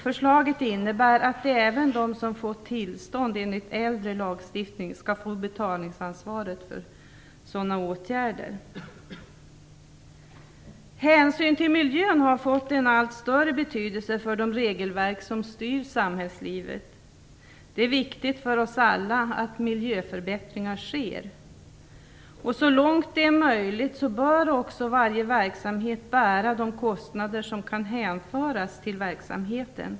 Förslaget innebär att även de som har fått tillstånd enligt äldre lagstiftning skall få betalningsansvaret för sådana åtgärder. Hänsyn till miljön har fått en allt större betydelse för de regelverk som styr samhällslivet. Det är viktigt för oss alla att miljöförbättringar sker. Så långt det är möjligt bör också varje verksamhet bära de kostnader som kan hänföras till verksamheten.